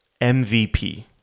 MVP